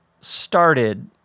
started